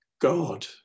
God